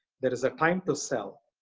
there is a time to sell,